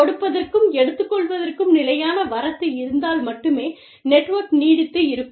கொடுப்பதற்கும் எடுத்துக்கொள்வதற்கும் நிலையான வரத்து இருந்தால் மட்டுமே நெட்வொர்க் நீடித்து இருக்கும்